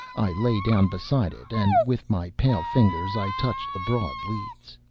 i lay down beside it, and with my pale fingers i touched the broad leaves.